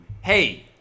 hey